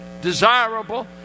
desirable